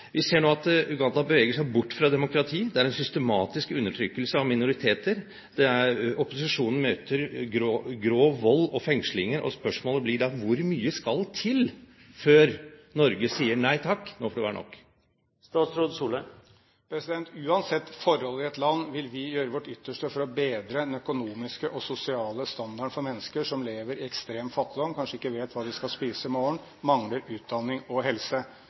Vi ser nå at Uganda beveger seg bort fra demokrati. Det er en systematisk undertrykkelse av minoriteter. Opposisjonen møter grov vold og fengslinger, og spørsmålet blir da: Hvor mye skal til før Norge sier nei takk, nå får det være nok? Uansett forholdene i et land vil vi gjøre vårt ytterste for å bedre den økonomiske og sosiale standarden for mennesker som lever i ekstrem fattigdom, som kanskje ikke vet hva de skal spise i morgen, og som mangler utdanning og